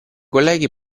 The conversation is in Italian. colleghi